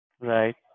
Right